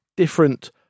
different